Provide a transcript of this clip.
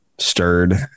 stirred